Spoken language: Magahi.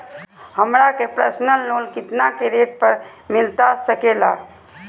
हमरा के पर्सनल लोन कितना के रेट पर मिलता सके ला?